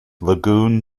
lagoon